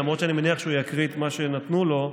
למרות שאני מניח שהוא יקריא את מה שנתנו לו,